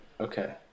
okay